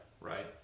Right